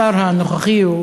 השר הנוכחי הוא